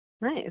Nice